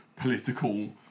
political